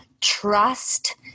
trust